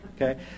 Okay